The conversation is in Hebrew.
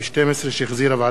שהחזירה ועדת הכלכלה,